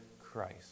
Christ